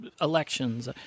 elections